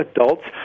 adults